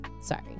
Sorry